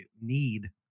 need